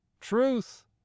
Truth